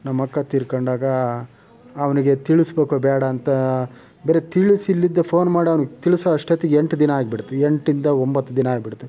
ನಮ್ಮಕ್ಕ ತೀರ್ಕೊಂಡಾಗ ಅವನಿಗೆ ತಿಳಿಸ್ಬೇಕೋ ಬೇಡ ಅಂತ ಬರೀ ತಿಳಿಸಿ ಇಲ್ಲಿಂದ ಫೋನ್ ಮಾಡಿ ಅವ್ನಿಗೆ ತಿಳ್ಸೋಷ್ಟೊತ್ತಿಗೆ ಎಂಟು ದಿನ ಆಗ್ಬಿಡ್ತು ಎಂಟ್ರಿಂದ ಒಂಬತ್ತು ದಿನ ಆಗ್ಬಿಡ್ತು